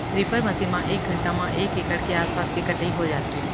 reaper machine म एक घंटा म एक एकड़ के आसपास के कटई हो जाथे